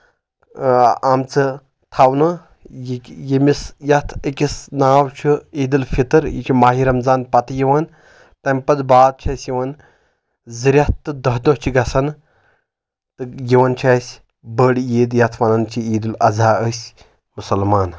آ آمژٕ تھونہٕ ییٚمِس یتھ أکِس ناو چھُ عید الفطر یہِ چھِ ماہِ رمضان پتہٕ یِوان تمہِ پتہٕ بعد چھِ أسۍ یِوان زٕ رؠتھ تہٕ دہ دۄہ چھِ گژھان تہٕ یِوان چھِ اَسہِ بٔڑ عیٖد یتھ ونان چھِ عید الضحیٰ أسۍ مُسلمان